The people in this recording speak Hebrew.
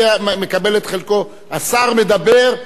השר מדבר על חסרי הישע,